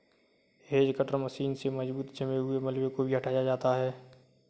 hedge cutter machine से मजबूत जमे हुए मलबे को भी हटाया जाता है